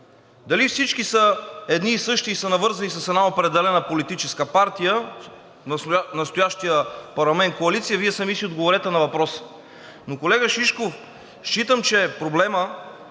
Дали всички са едни и същи и са навързани с една определена политическа партия в настоящия парламент – в коалиция, Вие сами си отговорете на въпроса. Но, колега Шишков, считам, че проблемът